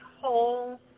whole